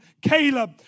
Caleb